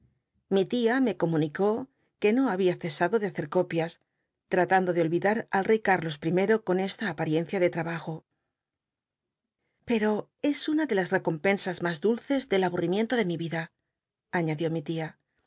mi tia meco municó que no babia cesado de hacer copias ll'atando de olvidat al ey cárlos i con esta apariencia de trabajo pero es una de las recompensas mas dulces del abunimienlo de mi vida añadió mi t